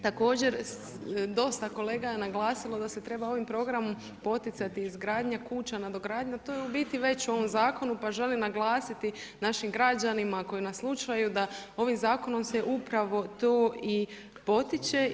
Također dosta je kolega naglasilo, da se treba ovim programom poticati izgradnja kuća, nadogradnja, to je u biti već u ovom zakonu, pa želim naglasiti našim građanima, koji nas slušaju, da ovim zakonom se upravo to i potiče.